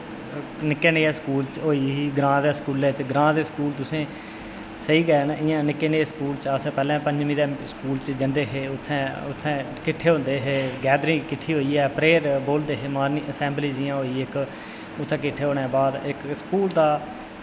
निक्कै जेहै स्कूलै च होई ही ग्रां दे स्कूल तुसें सेही गै न इ'यां निक्के जेह् स्कूल च पञमीं स्कूल च जंदे हे उत्थै किट्ठे होंदे हे गैदरिंग किट्ठी होइयै परेयर बोलदे हे गैदरिंग असैंबली होई जि'यां इक उत्थै किट्ठे होने दे बाद स्कूल दा